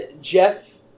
Jeff